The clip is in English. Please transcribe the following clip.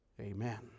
Amen